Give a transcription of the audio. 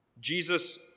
Jesus